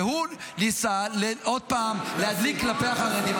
והוא ניסה עוד פעם להדליק כלפי החרדים,